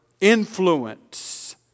influence